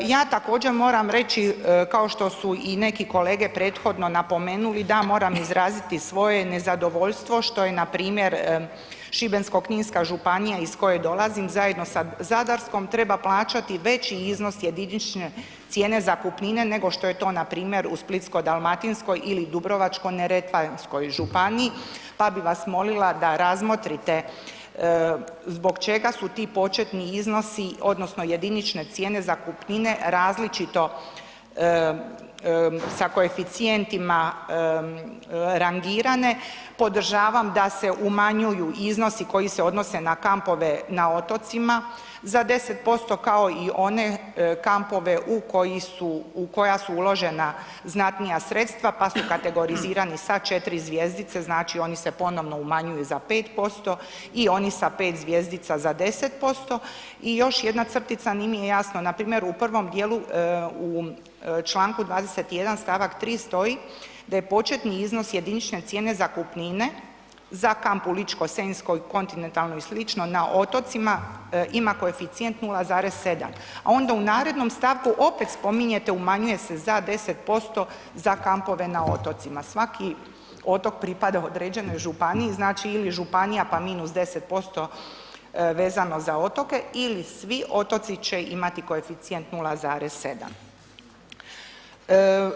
Ja također moram reći kao što su i neki kolege prethodno napomenuli da moram izraziti svoje nezadovoljstvo što je npr. Šibensko-kninska županija iz koje dolazim zajedno sa Zadarskom treba plaćati veći iznos jedinične cijene zakupnine nego što je to npr. u Splitsko-dalmatinskoj ili Dubrovačko-neretvanskoj županiji, pa bi vas molila da razmotrite zbog čega su ti početni iznosi odnosno jedinične cijene zakupnine različito sa koeficijentima rangirane, podržavam da se umanjuju iznosi koji se odnose na kampove na otocima za 10% kao i one kampove u koji su, u koja su uložena znatnija sredstva, pa su kategorizirani sa 4 zvjezdice, znači oni se ponovno umanjuju za 5% i oni sa 5 zvjezdica za 10% i još jedna crtica, nimi je jasno, npr. u prvom dijelu, u čl. 21. st. 3. stoji da je početni iznos jedinične cijene zakupnine za kamp u Ličko-senjskoj i kontinentalnoj i slično na otocima ima koeficijent 0,7, a onda u narednom stavku opet spominjete umanjuje se za 10% za kampove na otocima, svaki otok pripada određenoj županiji, znači ili županija, pa -10% vezano za otoke ili svi otoci će imati koeficijent 0,7.